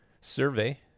Survey